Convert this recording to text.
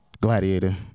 Gladiator